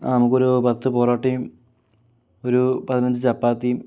ആ നമുക്കൊരു പത്ത് പൊറോട്ടയും ഒരു പതിനഞ്ച് ചപ്പാത്തിയും